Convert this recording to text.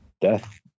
death